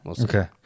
Okay